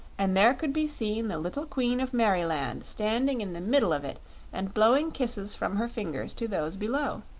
and there could be seen the little queen of merryland standing in the middle of it and blowing kisses from her fingers to those below.